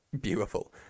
beautiful